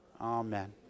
Amen